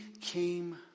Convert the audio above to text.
came